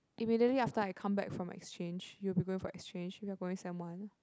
immediately after I come back from exchange you'll be going for exchange sem one